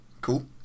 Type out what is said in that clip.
Cool